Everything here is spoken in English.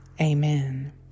Amen